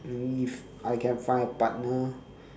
only if I can find a partner